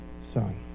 son